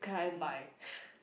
bye